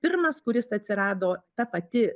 pirmas kuris atsirado ta pati